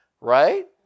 right